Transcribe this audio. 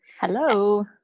Hello